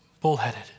bullheaded